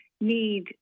need